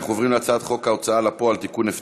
אנחנו מוסיפים, לפרוטוקול,